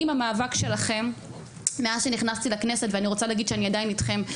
אני עם המאבק שלכם מאז שנכנסתי לכנסת ואני רוצה להגיד שאני עדיין אתכם,